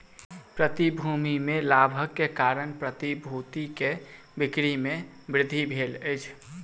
प्रतिभूति में लाभक कारण प्रतिभूति के बिक्री में वृद्धि भेल अछि